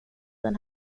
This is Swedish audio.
den